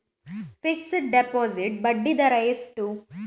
Fixed deposit ಬಡ್ಡಿ ದರ ಎಷ್ಟು?